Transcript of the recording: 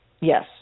Yes